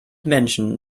menschen